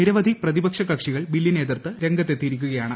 നിരവധി പ്രതിപക്ഷി കക്ഷികൾ ബില്ലിനെ എതിർത്ത് രംഗത്തെത്തിയിരിക്കുകയാണ്